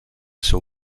seu